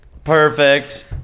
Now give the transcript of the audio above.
Perfect